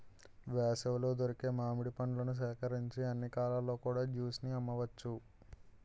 వేసవిలో దొరికే మామిడి పండ్లను సేకరించి అన్ని కాలాల్లో కూడా జ్యూస్ ని అమ్మవచ్చు